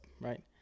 right